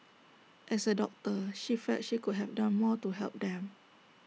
as A doctor she felt she could have done more to help them